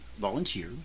Volunteer